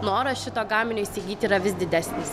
noras šito gaminio įsigyti yra vis didesnis